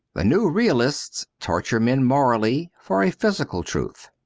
the new realists torture men morally for a physical truth.